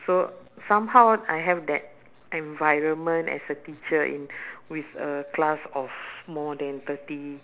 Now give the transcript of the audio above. so somehow I have that environment as a teacher in with a class of more than thirty